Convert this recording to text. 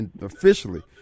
officially